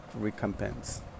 recompense